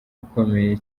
ukomeye